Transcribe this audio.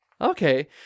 Okay